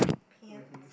pants